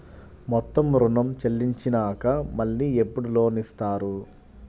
మొత్తం ఋణం చెల్లించినాక మళ్ళీ ఎప్పుడు లోన్ ఇస్తారు?